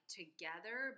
together